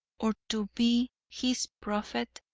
or to be his prophet,